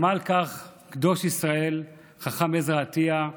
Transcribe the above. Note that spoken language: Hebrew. שמע על כך קדוש ישראל חכם עזרא עטייה,